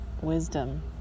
wisdom